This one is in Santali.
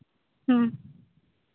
ᱦᱮᱸ